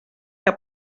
que